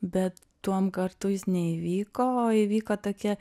bet tuom kartu jis neįvyko o įvyko tokia